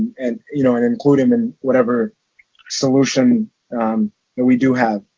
and you know and including them in whatever solution that we do have.